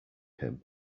him